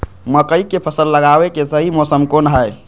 मकई के फसल लगावे के सही मौसम कौन हाय?